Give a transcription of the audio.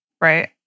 right